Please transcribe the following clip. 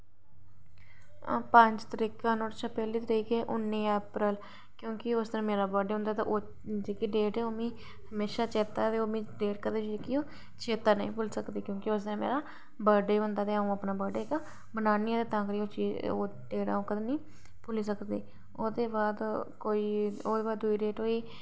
अं'ऊ पंज तरीका नुआढ़े कशा पैह्लें उन्नी अप्रैल क्योंकि उस दिन ते मेरा बर्थडे होंदा ते जेह्की डेट ऐ ओह् मिगी हमेशा चेता ते मिगी ओह् कदें चेता नेईं भुल्ली सकदी क्योंकि उस दिन मेरा बर्थडे होंदा ते अं'ऊ अपना बर्थडे जेह्का ते तां करियै बनानी आं ते एह् अं'ऊ कदें निं भुल्ली सकदी ओह्दे बाद कोई ओह्दे बाद दूई डेट होई